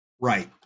right